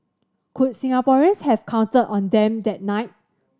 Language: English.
could Singaporeans have counted on them that night